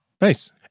nice